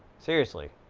seriously?